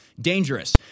dangerous